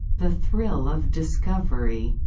the thrill of discovery,